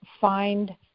find